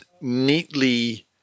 neatly